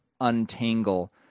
untangle